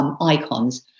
icons